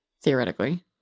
theoretically